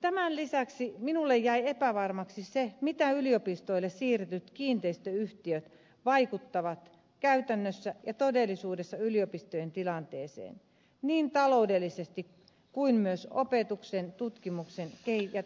tämän lisäksi minulle jäi epävarmaksi se mitä yliopistoille siirretyt kiinteistöyhtiöt vaikuttavat käytännössä ja todellisuudessa yliopistojen tilanteeseen niin taloudellisesti kuin myös opetuksen tutkimuksen ja